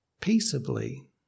peaceably